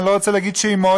אני לא רוצה להגיד שמות,